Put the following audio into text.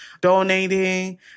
donating